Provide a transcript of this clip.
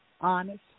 Honest